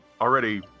already